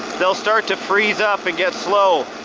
they'll start to freeze up and get slow.